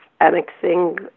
annexing